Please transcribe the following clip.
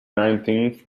nineteenth